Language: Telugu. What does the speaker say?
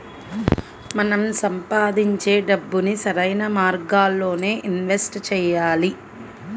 మనం సంపాదించే డబ్బుని సరైన మార్గాల్లోనే ఇన్వెస్ట్ చెయ్యాలి